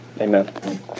Amen